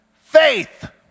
faith